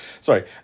Sorry